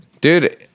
Dude